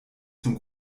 zum